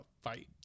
fight